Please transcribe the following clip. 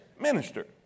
minister